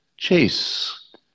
Chase